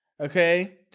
Okay